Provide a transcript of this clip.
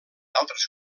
altres